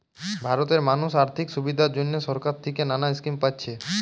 ভারতের মানুষ আর্থিক সুবিধার জন্যে সরকার থিকে নানা স্কিম পাচ্ছে